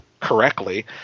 correctly